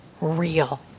real